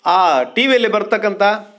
ಆ ಟಿ ವಿಯಲ್ಲಿ ಬರತಕ್ಕಂಥ